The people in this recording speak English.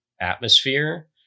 atmosphere